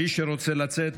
מי שרוצה לצאת,